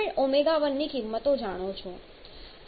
તેથી તમે ω1 ની કિંમતો જાણો છો